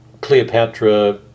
Cleopatra